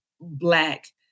Black